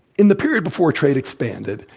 in the period before trade expanded,